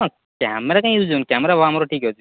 ହଁ କ୍ୟାମେରା କାଇଁ ୟୁଜ୍ ହବନି କ୍ୟାମେରା ଆମର ଠିକ୍ ଅଛି